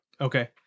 Okay